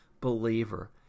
believer